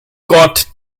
gott